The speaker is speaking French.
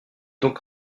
donc